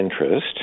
interest